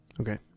okay